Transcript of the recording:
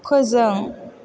फोजों